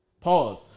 Pause